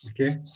Okay